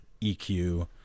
EQ